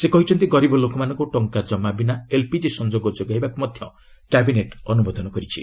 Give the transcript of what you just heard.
ସେ କହିଛନ୍ତି ଗରିବ ଲୋକମାନଙ୍କୁ ଟଙ୍କା ଜମା ବିନା ଏଲ୍ପିକି ସଂଯୋଗ ଯୋଗାଇବାକୁ ମଧ୍ୟ କ୍ୟାବିନେଟ୍ ଅନୁମୋଦନ କରିଛି